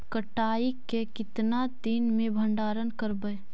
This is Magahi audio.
कटाई के कितना दिन मे भंडारन करबय?